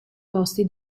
posti